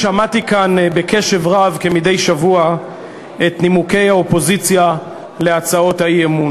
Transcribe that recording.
שמעתי כאן בקשב רב כמדי שבוע את נימוקי האופוזיציה להצעת האי-אמון,